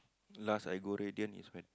last I go Radiant is when